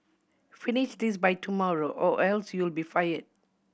finish this by tomorrow or else you'll be fire